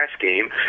game